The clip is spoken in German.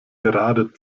gerade